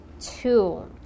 two